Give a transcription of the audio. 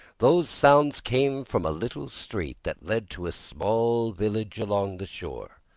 those sounds came from a little street that led to a small village along the shore.